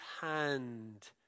hand